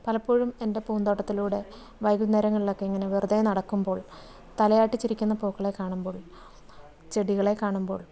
പലപ്പോഴും എൻ്റെ പൂന്തോട്ടത്തിലൂടെ വൈകുന്നേരങ്ങളിലൊക്കെ ഇങ്ങനെ വെറുതെ നടക്കുമ്പോൾ തലയാട്ടി ചിരിക്കുന്ന പൂക്കളെ കാണുമ്പോൾ ചെടികളെ കാണുമ്പോൾ